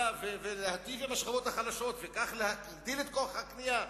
ולהיטיב עם השכבות החלשות וכך להגדיל את כוח הקנייה,